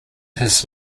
his